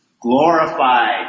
Glorified